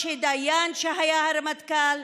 משה דיין, שהיה הרמטכ"ל,